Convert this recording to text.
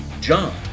John